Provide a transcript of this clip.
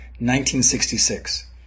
1966